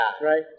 Right